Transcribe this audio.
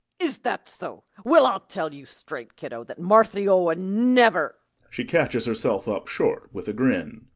is that so? well, i'll tell you straight, kiddo, that marthy owen never she catches herself up short with a grin.